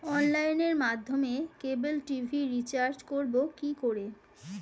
অনলাইনের মাধ্যমে cable TV recharge করব কি করে?